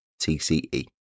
TCE